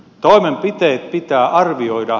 toimenpiteet pitää arvioida